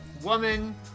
woman